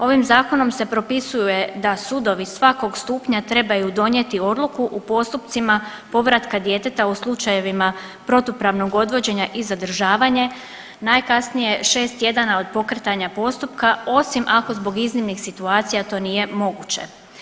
Ovim Zakonom se propisuje da sudovi svakog stupnja trebaju donijeti odluku u postupcima povratka djeteta u slučajevima protupravnog odvođenja i zadržavanje, najkasnije 6 tjedana od pokretanja postupka, osim ako zbog iznimnih situacija to nije moguće.